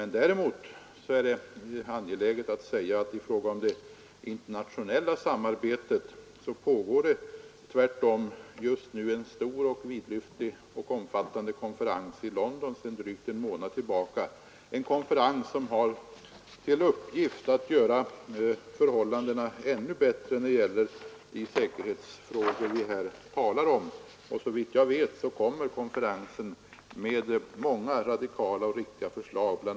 I fråga om det internationella samarbetet vill jag säga att det sedan drygt en månad tillbaka pågår en stor, vidlyftig och omfattande konferens i London, en konferens som har till uppgift att göra förhållandena ännu bättre när det gäller de säkerhetsfrågor vi här talar om. Och såvitt jag vet kommer konferensen att lägga fram många radikala och viktiga förslag. Bl.